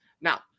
Now